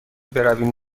برویم